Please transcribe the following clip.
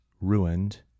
ruined